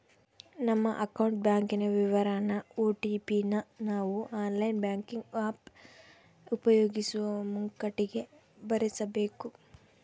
ನಮ್ಮ ಅಕೌಂಟ್ ಬ್ಯಾಂಕಿನ ವಿವರಾನ ಓ.ಟಿ.ಪಿ ನ ನಾವು ಆನ್ಲೈನ್ ಬ್ಯಾಂಕಿಂಗ್ ಆಪ್ ಉಪಯೋಗಿಸೋ ಮುಂಕಟಿಗೆ ಭರಿಸಬಕು